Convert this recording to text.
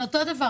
זה און-טופ?